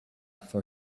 for